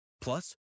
Plus